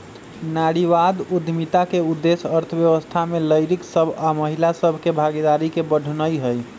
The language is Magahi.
नारीवाद उद्यमिता के उद्देश्य अर्थव्यवस्था में लइरकि सभ आऽ महिला सभ के भागीदारी के बढ़ेनाइ हइ